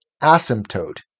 asymptote